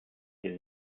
den